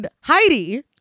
Heidi